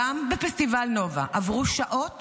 גם בפסטיבל נובה, עברו שעות